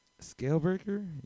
Scalebreaker